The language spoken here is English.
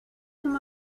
come